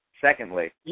Secondly